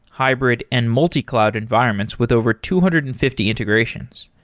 hybrid and multi-cloud environments with over two hundred and fifty integrations.